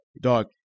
dog